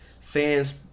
fans